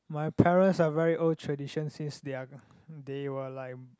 my parents are very old tradition since they are they were like